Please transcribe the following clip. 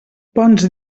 bons